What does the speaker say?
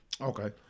Okay